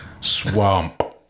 Swamp